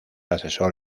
asesor